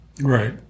Right